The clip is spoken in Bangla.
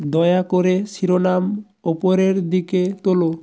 দয়া করে শিরোনাম ওপরের দিকে তোলো